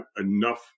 enough